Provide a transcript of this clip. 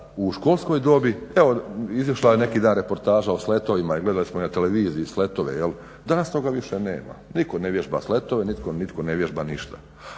u školskoj dobi evo izašla je neki dan reportaža o sletovima i gledali smo na televiziji sletove jel, danas toga više nema. Nitko ne vježba sletove, nitko ne vježba ništa.